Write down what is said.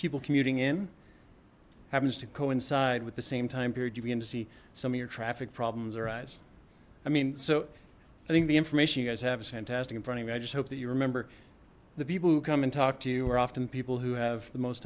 people commuting in happens to coincide with the same time period you begin to see some of your traffic problems arise i mean so i think the information you guys have is fantastic in front of me i just hope that you remember the people who come and talk to you or often people who have the most